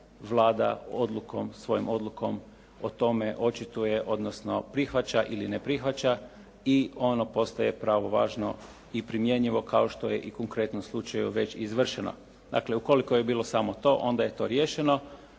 Vlada svojom odlukom o tome očituje, odnosno prihvaća ili ne prihvaća i ono postaje pravovažno i primjenjivo kao što je i u konkretnom slučaju već izvršeno. Dakle ukoliko je bilo samo to onda je to riješeno